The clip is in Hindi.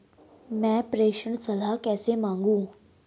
मैं प्रेषण सलाह कैसे मांगूं?